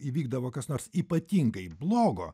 įvykdavo kas nors ypatingai blogo